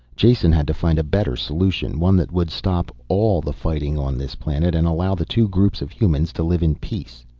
jason had to find a better solution. one that would stop all the fighting on this planet and allow the two groups of humans to live in peace.